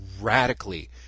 radically